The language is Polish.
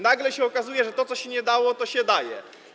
Nagle się okazuje, że co się nie dało, to się daje.